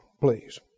please